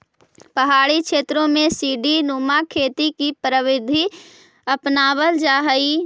पहाड़ी क्षेत्रों में सीडी नुमा खेती की प्रविधि अपनावाल जा हई